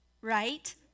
right